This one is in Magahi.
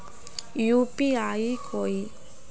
यु.पी.आई कोई